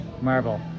Marvel